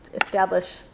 establish